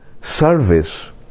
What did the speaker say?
service